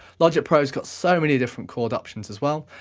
logic pro's got so many different chord options as well.